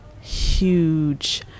huge